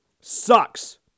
sucks